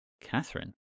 Catherine